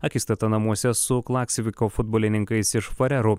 akistata namuose su klaksiviko futbolininkais ir farerų